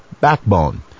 Backbone